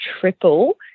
triple